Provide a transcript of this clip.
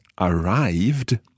arrived